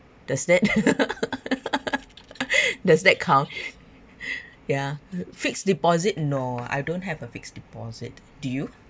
does that does that count ya fixed deposit no I don't have a fixed deposit do you